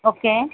okay